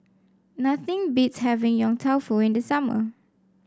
nothing beats having Yong Tau Foo in the summer